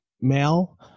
male